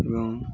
ଏବଂ